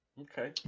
Okay